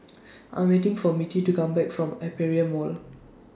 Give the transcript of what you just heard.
I'm waiting For Mittie to Come Back from Aperia Mall